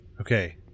Okay